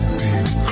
baby